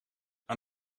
aan